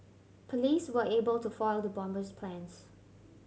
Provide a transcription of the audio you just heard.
police were able to foil the bomber's plans